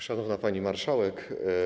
Szanowna Pani Marszałek!